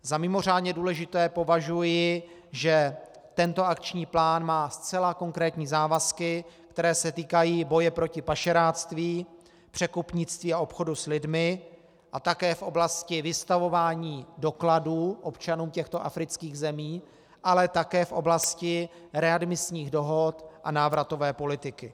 Za mimořádně důležité považuji, že tento akční plán má zcela konkrétní závazky, které se týkají boje proti pašeráctví, překupnictví a obchodu s lidmi, a také v oblasti vystavování dokladů občanům těchto afrických zemí, ale také v oblasti readmisních dohod a návratové politiky.